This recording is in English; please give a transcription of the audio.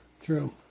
True